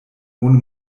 ohne